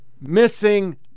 missing